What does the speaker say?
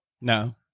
No